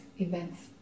events